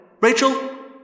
Rachel